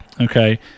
Okay